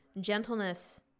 Gentleness